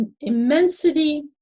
immensity